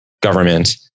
government